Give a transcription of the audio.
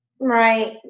Right